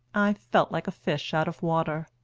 i felt like a fish out of water.